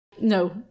No